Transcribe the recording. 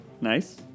Nice